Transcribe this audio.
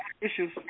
issues